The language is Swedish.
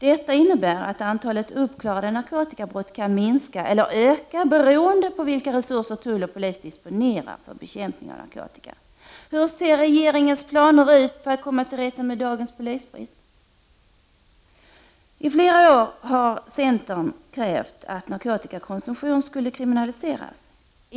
Detta innebär att antalet uppklarade narkotikabrott kan minska eller öka beroende på vilka resurser tull och polis disponerar för bekämpning av narkotikan. Hur ser regeringens planer för att komma till rätta med dagens polisbrist ut? I flera år har centern krävt att narkotikakonsumtion skall kriminaliseras.